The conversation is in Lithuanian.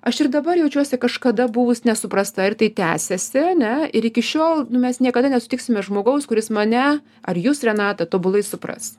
aš ir dabar jaučiuosi kažkada buvus nesuprasta ir tai tęsiasi ane ir iki šiol nu mes niekada nesutiksime žmogaus kuris mane ar jus renata tobulai supras